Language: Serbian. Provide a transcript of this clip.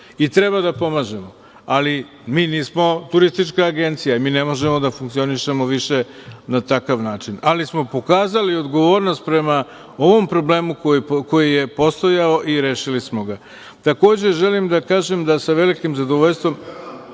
i treba da pomažemo, ali mi nismo turistička agencija, ne možemo da funkcionišemo više na takav način, ali smo pokazali odgovornost prema ovom problemu koji je postojao i rešili smo ga. Takođe, želim da kažem da sa velikim zadovoljstvom,